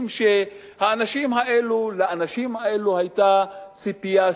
היא שלאנשים האלה היתה ציפייה סבירה.